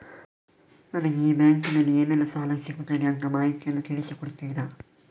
ನನಗೆ ಈ ಬ್ಯಾಂಕಿನಲ್ಲಿ ಏನೆಲ್ಲಾ ಸಾಲ ಸಿಗುತ್ತದೆ ಅಂತ ಮಾಹಿತಿಯನ್ನು ತಿಳಿಸಿ ಕೊಡುತ್ತೀರಾ?